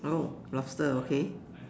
oh lobster okay